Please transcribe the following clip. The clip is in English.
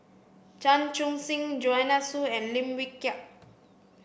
Chan Chun Sing Joanne Soo and Lim Wee Kiak